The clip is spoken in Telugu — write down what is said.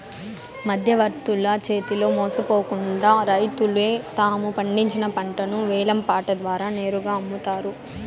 మధ్యవర్తుల చేతిలో మోసపోకుండా రైతులే తాము పండించిన పంటను వేలం పాట ద్వారా నేరుగా అమ్ముతారు